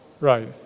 Right